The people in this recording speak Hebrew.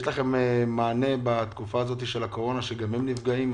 יש לכם מענה בתקופה הזאת של הקורונה שגם הם נפגעים?